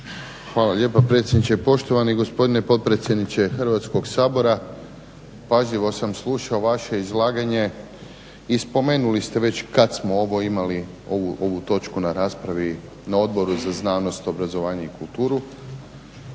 Hvala lijepa predsjedniče. Poštovani gospodine potpredsjedniče Hrvatskog sabora, pažljivo sam slušao vaše izlaganje i spomenuli ste već kada smo ovo imali ovu točku na raspravi na Odboru za znanost, obrazovanje i kulturu, međutim